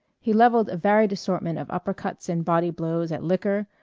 he levelled a varied assortment of uppercuts and body-blows at liquor,